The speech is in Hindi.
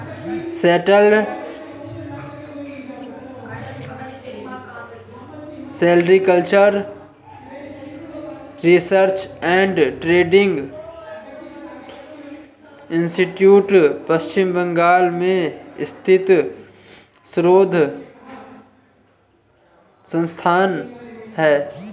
central sericultural research and training institute Paschim Bangal में स्थित शोध संस्थान है